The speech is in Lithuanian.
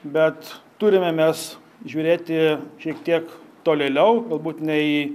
bet turime mes žiūrėti šiek tiek tolėliau galbūt ne į